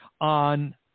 on